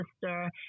sister